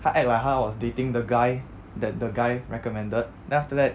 她 act like 她 was dating the guy that the guy recommended then after that